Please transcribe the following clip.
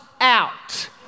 out